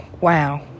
wow